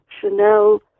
Chanel